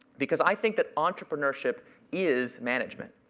because i think that entrepreneurship is management.